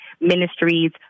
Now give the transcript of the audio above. ministries